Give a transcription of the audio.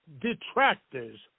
detractors